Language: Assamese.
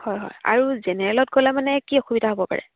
হয় হয় আৰু জেনেৰেলত গ'লে মানে কি অসুবিধা হ'ব পাৰে